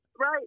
Right